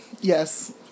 Yes